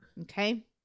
okay